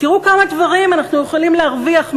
תראו כמה דברים אנחנו יכולים להרוויח מייד,